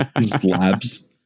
slabs